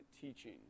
teaching